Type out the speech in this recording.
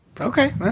Okay